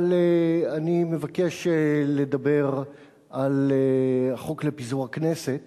אבל אני מבקש לדבר על החוק לפיזור הכנסת